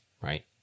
right